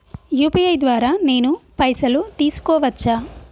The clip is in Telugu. యూ.పీ.ఐ ద్వారా నేను పైసలు తీసుకోవచ్చా?